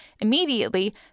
Immediately